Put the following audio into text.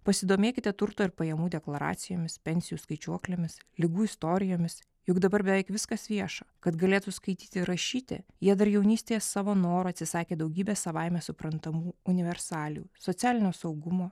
pasidomėkite turto ir pajamų deklaracijomis pensijų skaičiuoklėmis ligų istorijomis juk dabar beveik viskas vieša kad galėtų skaityti rašyti jie dar jaunystėje savo noru atsisakė daugybės savaime suprantamų universalijų socialinio saugumo